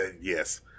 Yes